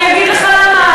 אני אגיד לך למה,